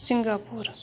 Singapore